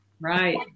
right